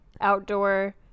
outdoor